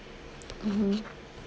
mmhmm